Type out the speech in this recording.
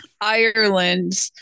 Ireland